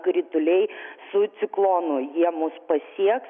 krituliai su ciklonu jie mus pasieks